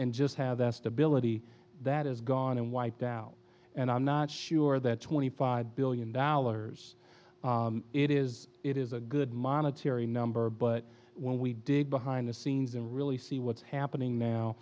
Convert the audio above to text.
and just have that stability that is gone and wiped out and i'm not sure that twenty five billion dollars it is it is a good monetary number but when we dig behind the scenes and really see what's happening now